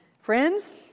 Friends